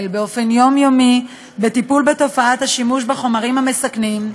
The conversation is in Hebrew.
באופן יומיומי עם תופעת השימוש בחומרים המסכנים,